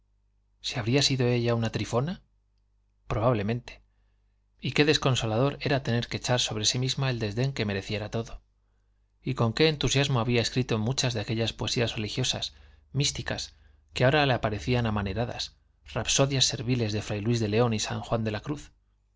si habría sido ella una trifona probablemente y qué desconsolador era tener que echar sobre sí misma el desdén que mereciera todo y con qué entusiasmo había escrito muchas de aquellas poesías religiosas místicas que ahora le aparecían amaneradas rapsodias serviles de fray luis de león y san juan de la cruz